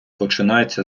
починається